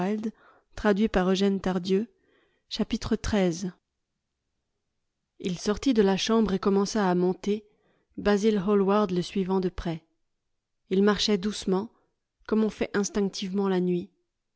l sortit de la chambre et commença à monter basil hallward le suivant de près ils marchaient doucement comme on fait instinctivement la nuit